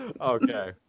Okay